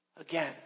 Again